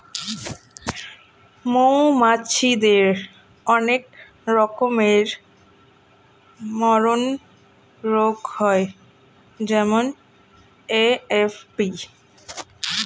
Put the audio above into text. মৌমাছিদের অনেক রকমের মারণরোগ হয় যেমন এ.এফ.বি